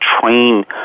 train